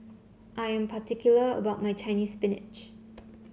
I am particular about my Chinese Spinach